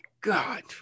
God